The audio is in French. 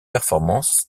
performances